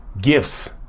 gifts